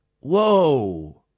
Whoa